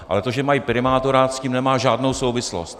Ale to, že mají primátora, s tím nemá žádnou souvislost.